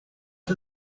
are